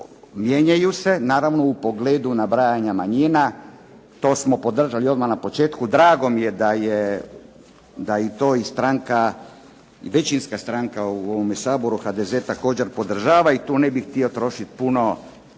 mijenjaju se naravno u pogledu nabrajanja manjina to smo podržali odmah na početku, drago mi je da to većinska stranka u ovom Saboru HDZ podržava, i tu ne bih htio trošiti puno